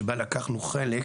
שבה לקחנו חלק,